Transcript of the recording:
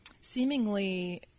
seemingly